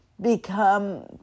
become